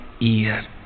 ear